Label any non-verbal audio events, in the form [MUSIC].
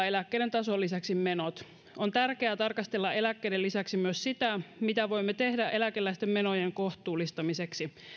[UNINTELLIGIBLE] eläkkeiden tason lisäksi menot on tärkeää tarkastella eläkkeiden lisäksi myös sitä mitä voimme tehdä eläkeläisten menojen kohtuullistamiseksi